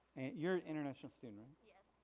you're international student right? yes.